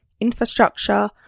infrastructure